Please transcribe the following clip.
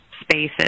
spaces